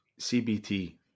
CBT